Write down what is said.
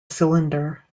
cylinder